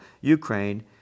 Ukraine